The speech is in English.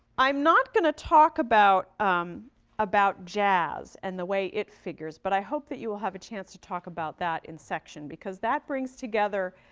i'm not going to talk about um about jazz, and the way it figures, but i hope that you will have a chance to talk about that in section because that brings together